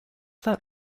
that